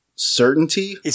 certainty